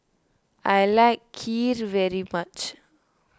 I like Kheer very much